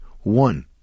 one